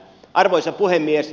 arvoisa puhemies